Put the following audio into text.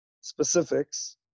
specifics